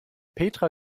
petra